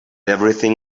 everything